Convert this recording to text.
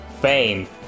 fame